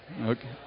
Okay